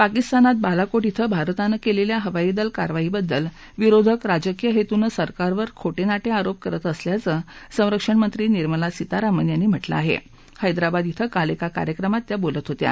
पाकिस्तानात बालाकोट इथं भारतानं क्विखा हवाई दल कारवाई बद्दल विरोधक राजकीय हस्त्रिसिरकारवर खोटप्रांटिआरोप करत असल्याचं संरक्षण मंत्री निर्मला सीतारामन यांनी म्हटलं आहा इंद्रामाद इथं काल एका कार्यक्रमात त्या बोलत होत्या